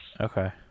Okay